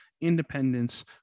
independence